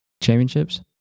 Championships